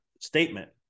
statement